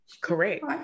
Correct